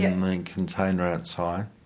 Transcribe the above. yeah main container outside,